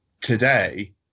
today